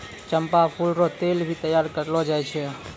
चंपा फूल रो तेल भी तैयार करलो जाय छै